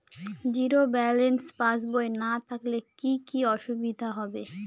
Zero balance পাসবই না থাকলে কি কী অসুবিধা হবে?